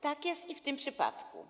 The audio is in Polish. Tak jest i w tym przypadku.